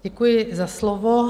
Děkuji za slovo.